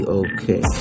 okay